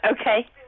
Okay